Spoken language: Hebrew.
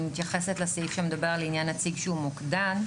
אני מתייחסת לסעיף שמדבר על עניין נציג שהוא מוקדן.